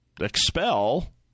expel